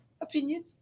opinion